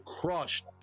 crushed